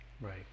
Right